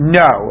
no